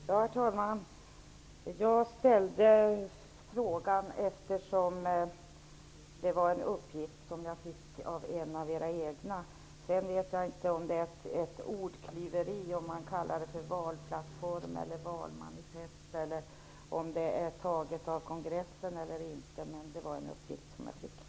Herr talman! Jag ställde frågan eftersom det var en uppgift som jag fick från en av era egna medlemmar. Det är kanske ett ordklyveri om man kallar det för valplattform eller valmanifest och om det är taget av kongressen eller inte. Det var en uppgift som jag fick.